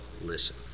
listen